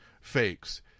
fakes